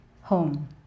Home